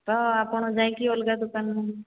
ତ ଆପଣ ଯାଇକି ଅଲଗା ଦୋକାନରୁ